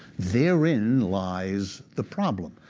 therein lies the problem.